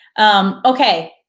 Okay